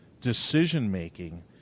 decision-making